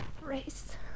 Race